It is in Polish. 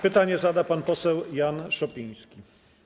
Pytanie zada pan poseł Jan Szopiński.